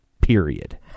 period